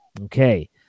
Okay